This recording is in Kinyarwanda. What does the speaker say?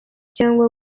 cyangwa